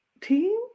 team